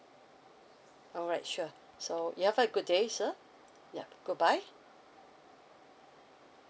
alright sure so you have a good day sir yup bye bye